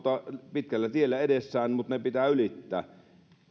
pitkällä tiellä edessä mutta ne pitää ylittää